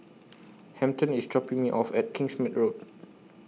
Hampton IS dropping Me off At Kingsmead Road